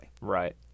Right